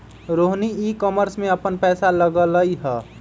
Rohini e commerce में अप्पन पैसा लगअलई ह